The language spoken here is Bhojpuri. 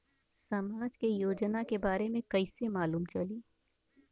समाज के योजना के बारे में कैसे मालूम चली?